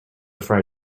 fry